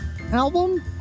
album